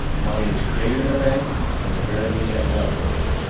money is created in the bank and invariably ends up in a bank.